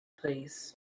Please